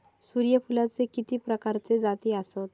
सूर्यफूलाचे किती प्रकारचे जाती आसत?